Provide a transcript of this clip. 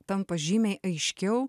tampa žymiai aiškiau